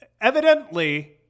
evidently